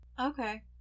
okay